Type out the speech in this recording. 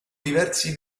diversi